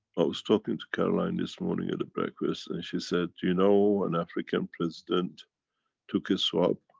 i was talking to caroline this morning at the breakfast, and she said you know, an african president took a swab,